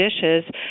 dishes